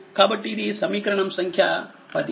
కాబట్టి ఇది సమీకరణం సంఖ్య10